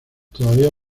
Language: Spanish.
todavía